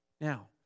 Now